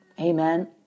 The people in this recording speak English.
Amen